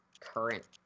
current